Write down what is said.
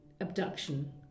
abduction